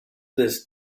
this